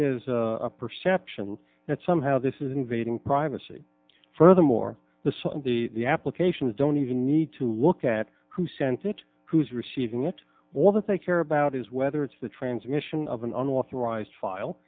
there is a perception that somehow this is invading privacy furthermore the some of the applications don't even need to look at who sent it who's receiving it what they care about is whether it's the transmission of an unauthorized file